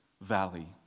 valley